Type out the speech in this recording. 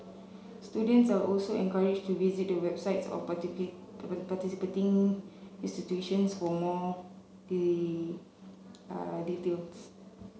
students are also encouraged to visit the websites of participating institutions for more details